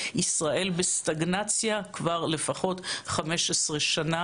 היום ה-19 במאי 2023 ואני מתכבד לפתוח את ישיבת ועדת המדע